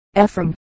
Ephraim